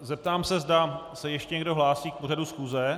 Zeptám se, zda se ještě někdo hlásí k pořadu schůze.